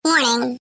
Morning